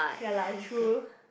ya lah true